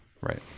Right